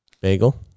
Bagel